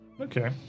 Okay